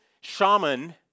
shaman